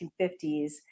1950s